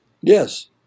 Yes